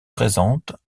présentes